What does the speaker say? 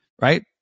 right